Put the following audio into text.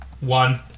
one